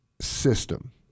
system